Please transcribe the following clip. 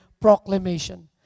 proclamation